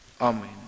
Amen